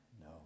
No